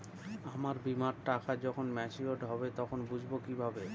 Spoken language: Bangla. আমার বীমার টাকা যখন মেচিওড হবে তখন বুঝবো কিভাবে?